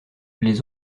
les